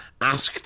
asked